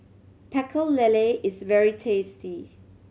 Pecel Lele is very tasty